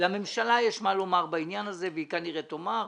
לממשלה יש מה לומר בעניין הזה והיא כנראה תאמר.